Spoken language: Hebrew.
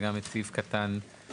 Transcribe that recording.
וגם את סעיף קטן (ג),